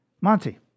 Monty